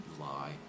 Lie